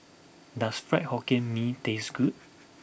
does Fried Hokkien Mee taste good